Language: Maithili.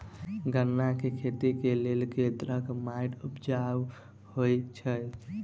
गन्ना केँ खेती केँ लेल केँ तरहक माटि उपजाउ होइ छै?